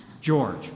George